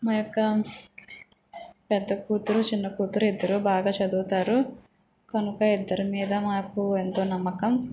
మా యొక్క పెద్ద కూతురు చిన్న కూతురు ఇద్దరు బాగా చదువుతారు కనుక ఇద్దరు మీద మాకు ఎంతో నమ్మకం